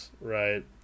right